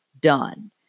done